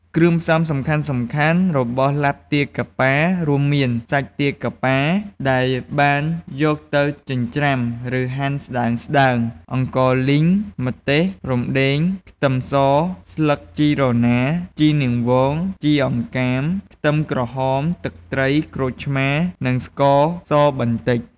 គ្រឿងផ្សំសំខាន់ៗរបស់ឡាបទាកាប៉ារួមមាន សាច់ទាកាប៉ា ដែលបានយកទៅ ចិញ្ច្រាំ ឬហាន់ស្ដើងៗ អង្ករលីង ម្ទេស រំដេង ខ្ទឹមស ស្លឹកជីរណា ជីនាងវង ជីអង្កាម ខ្ទឹមក្រហម ទឹកត្រី ក្រូចឆ្មារ និងស្ករសបន្តិច។